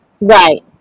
Right